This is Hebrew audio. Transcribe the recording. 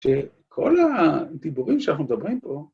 ‫של כל הדיבורים שאנחנו מדברים פה.